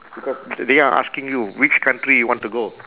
because they are asking you which country you want to go